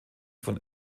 von